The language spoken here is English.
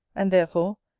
and, therefore,